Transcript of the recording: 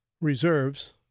reserves